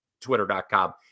Twitter.com